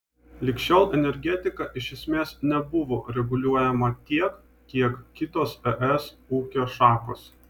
lig šiol energetika iš esmės nebuvo reguliuojama tiek kiek kitos es ūkio šakos